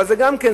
אבל גם כן,